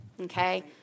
okay